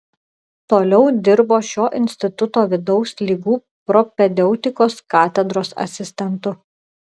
toliau dirbo šio instituto vidaus ligų propedeutikos katedros asistentu